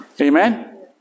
Amen